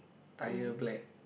tyre black